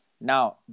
Now